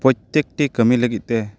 ᱯᱨᱚᱛᱛᱮᱠᱴᱤ ᱠᱟᱹᱢᱤ ᱞᱟᱜᱤᱫᱛᱮ